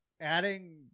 adding